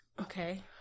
Okay